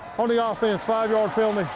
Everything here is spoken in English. on the ah offense, five-yard